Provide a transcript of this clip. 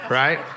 right